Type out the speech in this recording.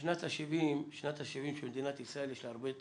שנת ה-70 של מדינת ישראל, יש לה הרבה סגולות,